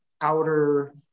outer